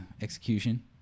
Execution